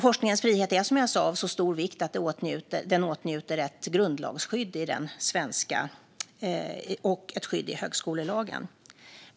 Forskningens frihet är, som jag sa, av så stor vikt att den åtnjuter ett grundlagsskydd och ett skydd i högskolelagen.